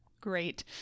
Great